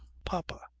papa,